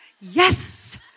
yes